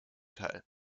teil